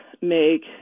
make